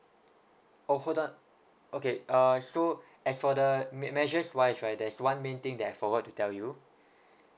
oh hold on okay uh so as for the me~ measures wise right there's one main thing that I forgot to tell you